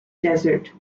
desert